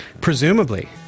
Presumably